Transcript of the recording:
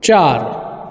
चार